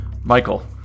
Michael